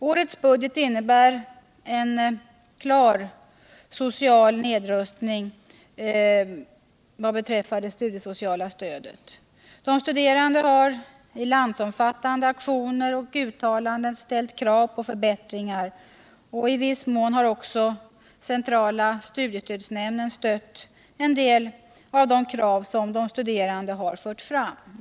Årets budget innebär också en klar social nedrustning vad beträffar det studiesociala stödet. De studerande har i landsomfattande aktioner och uttalanden ställt krav på förbättringar, och i viss mån har också centrala studiestödsnämnden stött en del av de krav som de studerande fört fram.